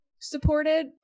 supported